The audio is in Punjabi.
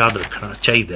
ਯਾਦ ਰੱਖਣਾ ਚਾਹੀਦੈ